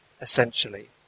essentially